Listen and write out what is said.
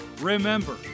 Remember